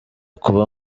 kuba